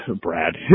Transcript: Brad